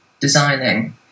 designing